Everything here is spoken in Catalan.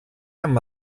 amb